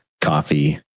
coffee